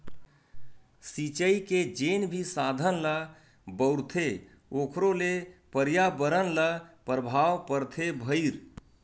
सिचई के जेन भी साधन ल बउरथे ओखरो ले परयाबरन ल परभाव परथे भईर